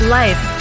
life